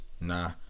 nah